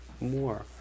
more